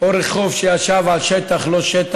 או רחוב שישב על שטח-לא-שטח,